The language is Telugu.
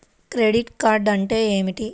క్రెడిట్ కార్డ్ అంటే ఏమిటి?